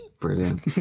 Brilliant